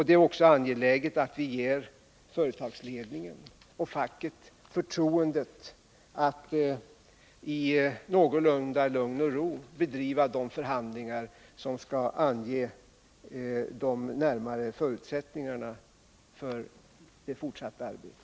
Det är också angeläget att vi ger företagsledningen och facket förtroendet att i någorlunda lugn och ro bedriva de förhandlingar som skall ange de närmare förutsättningarna för det fortsatta arbetet.